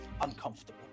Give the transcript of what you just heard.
uncomfortable